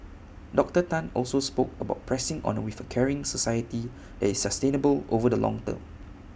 Doctor Tan also spoke about pressing on A with A caring society that is sustainable over the long term